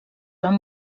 van